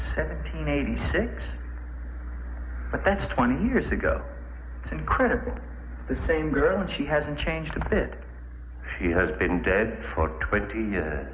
seventeen eighty six but that's twenty years ago incredible the same girl and she hasn't changed a bit she has been dead for twenty